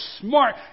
smart